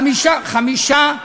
מועצות.